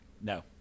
No